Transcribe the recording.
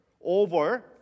over